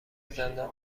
زندان